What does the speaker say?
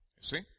see